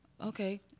Okay